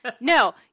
No